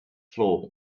floor